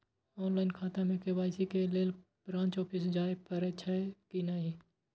Online खाता में KYC के लेल ब्रांच ऑफिस जाय परेछै कि नहिं?